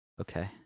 Okay